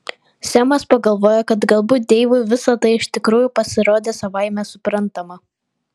semas pagalvojo kad galbūt deivui visa tai iš tikrųjų pasirodė savaime suprantama